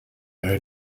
only